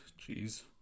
Jeez